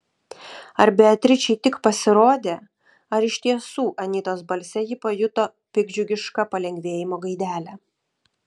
ar beatričei tik pasirodė ar iš tiesų anytos balse ji pajuto piktdžiugišką palengvėjimo gaidelę